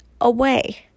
away